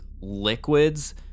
liquids